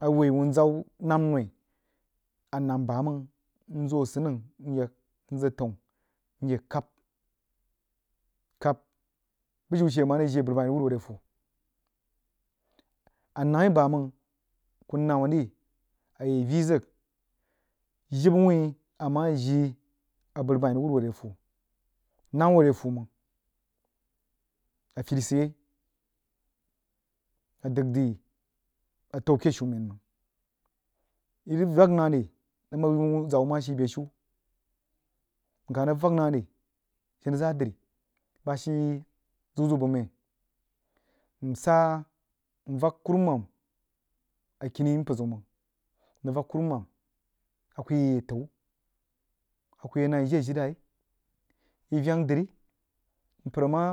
A woi whnzah uhh naan noi a naam bamang nzəu asənnang məəg təun nyah kahb kahb bujiu she a mah rig ji, aburubəi rig uhd wuh are fuh a namma rí bamang kuh namma ri a yak nya vii zəg jibə whin a mah jii aburubən rig uhb wuh sie fuh nah uuh are fuh mang afiri sid yai a dəg dri atə’u ake shmen meng yi rig vak nah ri nəng bəg wunzah wah moh shi beshin nkah rig vak nah ri tenezah dri beh shii zəu bəu məi nrig vak kuruman kuh yi yi atə’u a kuh yi nah yi jiri ajilai yri veru drí npər a mah